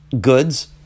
goods